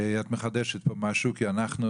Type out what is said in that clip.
את מחדשת פה משהו כי אנחנו